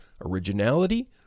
originality